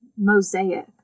mosaic